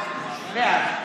בעד